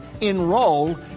Enroll